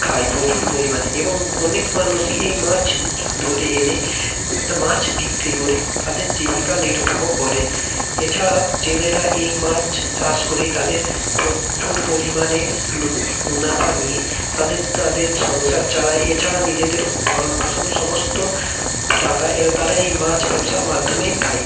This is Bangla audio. খায় প্রচুর পরিমাণে এবং অনেক মানুষই এই মাছ ধরে এনে মাছ বিক্রি করে তাদের জীবিকা নির্বাহ করে এছাড়া জেলেরা এই মাছ চাষ করেই তাদের প্রচুর পরিমাণে লুট মুনাফা নিয়ে তাদের তাদের সংসার চালায় এছাড়া নিজেদের ভরণপোষণ সমস্ত টাকা এরা তারা এই মাছ ব্যবসার মাধ্যমেই পায়